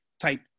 type